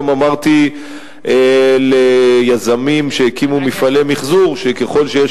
גם אמרתי ליזמים שהקימו מפעלי מיחזור שככל שיש